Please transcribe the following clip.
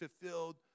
fulfilled